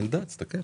ילדה, תסתכל.